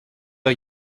are